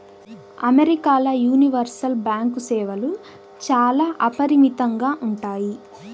అమెరికాల universal bank సేవలు చాలా అపరిమితంగా ఉంటాయి